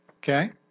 Okay